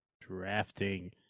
Drafting